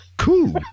cool